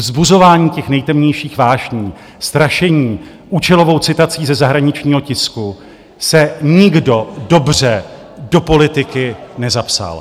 Vzbuzováním těch nejtemnějších vášní, strašením účelovou citací ze zahraničního tisku se nikdo dobře do politiky nezapsal.